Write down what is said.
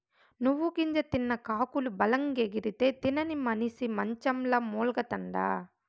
నువ్వు గింజ తిన్న కాకులు బలంగెగిరితే, తినని మనిసి మంచంల మూల్గతండా